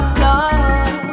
love